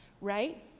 right